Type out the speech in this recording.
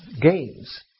games